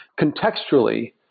contextually